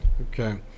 Okay